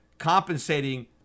compensating